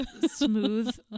smooth